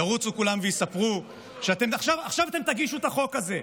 עכשיו ירוצו כולם ויספרו שאתם עכשיו תגישו את החוק הזה.